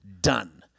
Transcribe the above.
done